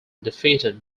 defeated